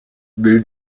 will